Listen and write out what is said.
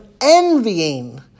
envying